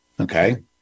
okay